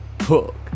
Hook